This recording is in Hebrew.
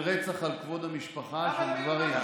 של רצח על כבוד המשפחה של גברים.